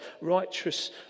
righteous